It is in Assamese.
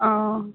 অঁ